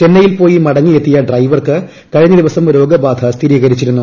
ചെന്നൈയിൽ പോയി മടങ്ങി എത്തിയ ഡ്രൈവർക്ക് കഴിഞ്ഞ ദിവസം രോഗ ബാധ സ്ഥിരീകരിച്ചിരുന്നു